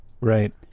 Right